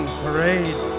parade